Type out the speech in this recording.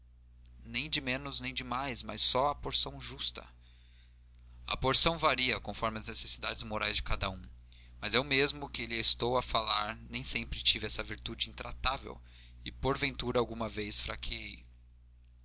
nem de menos nem demais mas só a porção justa a porção varia conforme as necessidades morais de cada um mas eu mesmo que lhe estou a falar nem sempre tive esta virtude intratável e porventura alguma vez